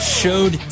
showed